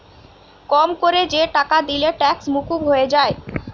কম কোরে যে টাকা দিলে ট্যাক্স মুকুব হয়ে যায়